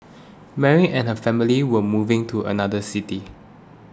Mary and her family were moving to another city